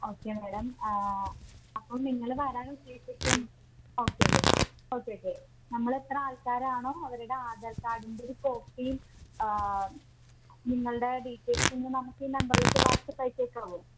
ഓക്കെയാണ് മേഡം അപ്പോൾ നിങ്ങൾ വരാനുദ്ദേശിക്കുന്ന ഓക്കെയല്ലേ ഓക്കെ ഓക്കെ നമ്മളെത്ര ആൾക്കാരാണോ അവരുടെ ആധാർ കാർഡിൻറ്റൊരു കോപ്പീം നിങ്ങളുടെ ഡീറ്റെയിൽസൊന്നു നമുക്കീ നമ്പറിലേക്ക് വാട്സാപ്പ് അയച്ചേക്കാവോ